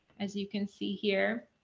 as you can see here